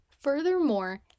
Furthermore